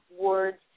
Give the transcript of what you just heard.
words